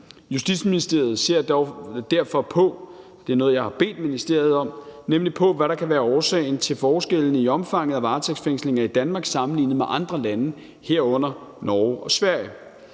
bedt ministeriet om – hvad der kan være årsagen til forskellene i omfanget af varetægtsfængslinger i Danmark sammenlignet med andre lande, herunder Norge og Sverige.